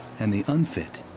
and the unfit